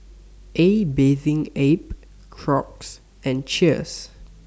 A Bathing Ape Crocs and Cheers